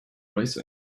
racing